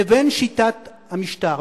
לבין שיטת המשטר,